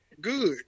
good